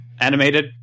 animated